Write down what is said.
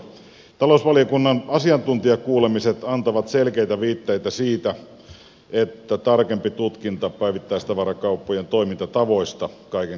talousvaliokunnan asiantuntijakuulemiset antavat selkeitä viitteitä siitä että tarkempi tutkinta päivittäistavarakauppojen toimintatavoista kaiken kaikkiaan on tarpeen